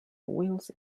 wheels